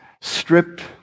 stripped